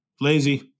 Lazy